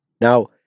Now